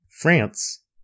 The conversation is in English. France